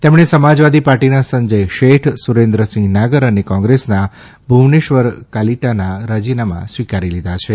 તેમણે સમાજવાદી પાર્ટીના સંજય શેઠ સુરેન્દ્રસિંહ નાગર ૈ ને કોંગ્રેસના ભુવનેશ્વર કાલીટાનાં રાજીનામાં સ્વીકારી લીધાં છે